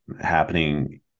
happening